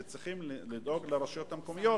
שצריכים לדאוג לרשויות המקומיות,